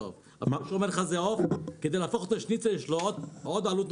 כדי להפוך את חזה העוף לשניצל יש עלות נוסף.